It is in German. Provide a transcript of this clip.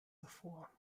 hervor